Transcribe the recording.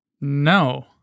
No